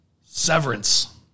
Severance